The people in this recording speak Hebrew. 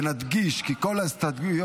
ולדימיר בליאק,